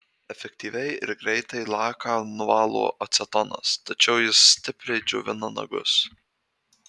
efektyviai ir greitai laką nuvalo acetonas tačiau jis stipriai džiovina nagus